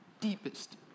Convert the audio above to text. deepest